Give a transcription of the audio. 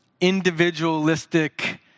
individualistic